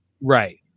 Right